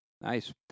Nice